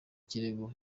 kirego